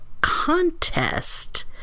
contest